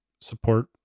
support